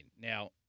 Now